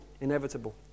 inevitable